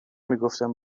میگفتم